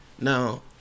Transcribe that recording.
Now